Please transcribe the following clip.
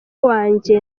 wanje